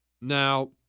Now